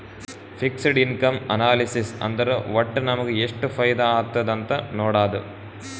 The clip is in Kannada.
ಫಿಕ್ಸಡ್ ಇನ್ಕಮ್ ಅನಾಲಿಸಿಸ್ ಅಂದುರ್ ವಟ್ಟ್ ನಮುಗ ಎಷ್ಟ ಫೈದಾ ಆತ್ತುದ್ ಅಂತ್ ನೊಡಾದು